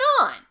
on